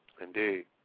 Indeed